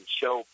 show